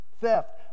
theft